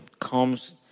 comes